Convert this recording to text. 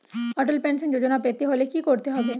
অটল pension যোজনা পেতে হলে কি করতে হবে?